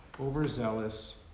overzealous